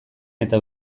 eta